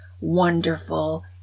wonderful